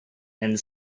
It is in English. and